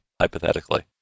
hypothetically